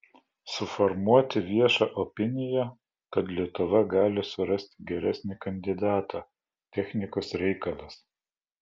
suformuoti viešą opiniją kad lietuva gali surasti geresnį kandidatą technikos reikalas